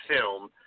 Film